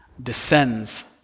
descends